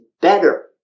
better